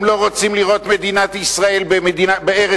הם לא רוצים לראות מדינת ישראל בארץ-ישראל.